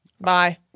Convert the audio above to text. Bye